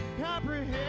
comprehend